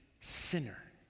sinner